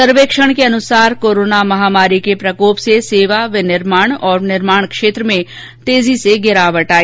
सर्वेक्षण के अनुसार कोरोना महामारी के प्रकोप से सेवा विनिर्माण और निर्माण क्षेत्र में तेज से गिरावट आई